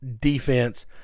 defense